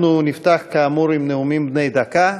אנחנו נפתח כאמור עם נאומים בני דקה.